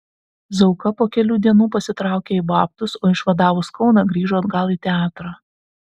zauka po kelių dienų pasitraukė į babtus o išvadavus kauną grįžo atgal į teatrą